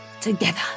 together